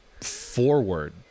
forward